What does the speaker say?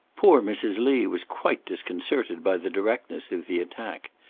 poor mrs. lee was quite disconcerted by the directness of the attack.